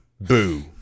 boo